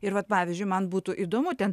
ir vat pavyzdžiui man būtų įdomu ten